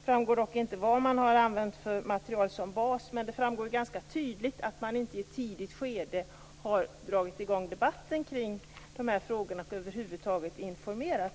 Det framgår dock inte vad man har använt för material som bas, men det framgår ju ganska tydligt att man inte i ett tidigt skede har dragit i gång debatten kring de här frågorna och över huvud taget informerat